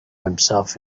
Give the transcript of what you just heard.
himself